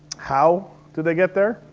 how do they get there?